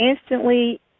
instantly